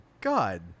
god